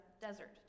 desert